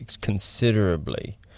considerably